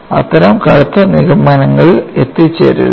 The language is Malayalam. അത്തരം കടുത്ത നിഗമനങ്ങളിൽ എത്തിച്ചേരരുത്